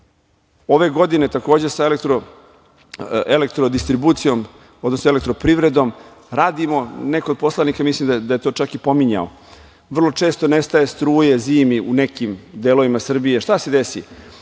godine, takođe sa Elektrodistribucijom, odnosno elektro-privredom radimo, neko od poslanika mislim da je to čak i pominjao, vrlo često nestaje struje zimi u nekim delovima Srbije. Šta se desi?